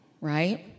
right